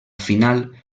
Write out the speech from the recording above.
final